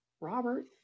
Robert